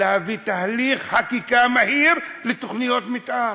להביא תהליך חקיקה מהיר לתוכניות מתאר